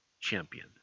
champion